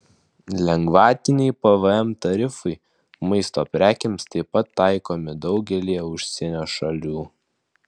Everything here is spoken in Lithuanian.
lengvatiniai pvm tarifai maisto prekėms taip pat taikomi daugelyje užsienio šalių